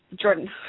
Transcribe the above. Jordan